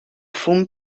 fum